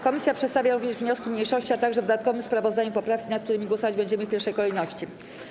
Komisja przedstawia również wnioski mniejszości, a także w dodatkowym sprawozdaniu poprawki, nad którymi głosować będziemy w pierwszej kolejności.